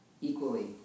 equally